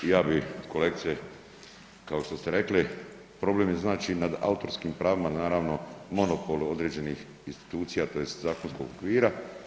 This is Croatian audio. Evo ja bih kolegice kao što ste rekli, problem je znači nad autorskim pravima naravno monopol određenih institucija, tj. zakonskog okvira.